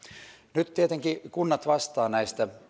nyt tietenkin kunnat vastaavat näistä